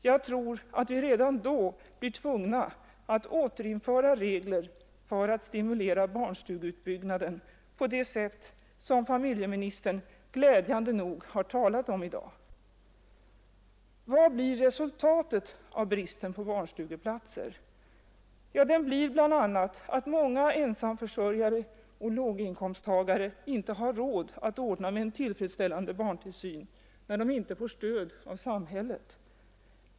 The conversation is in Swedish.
Jag tror att vi redan då blir tvungna att återinföra regler för att stimulera barnstugeutbyggnaden på det sätt som familjeministern glädjande nog talat om i dag. Vad blir resultatet av bristen på barnstugeplatser? Ja, det blir bl.a. att många ensamförsörjare och låginkomsttagare inte har råd att ordna med en tillfredsställande barntillsyn när de inte får stöd av samhället.